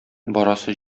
барасы